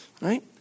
right